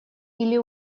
или